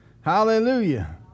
Hallelujah